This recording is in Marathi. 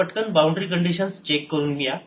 आता पटकन बाउंड्री कंडिशन्स चेक करू या